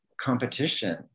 competition